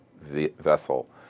vessel